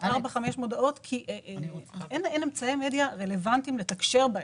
אין אמצעי רלוונטיים לתקשר בהם.